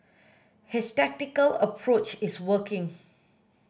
his tactical approach is working